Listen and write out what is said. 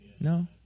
No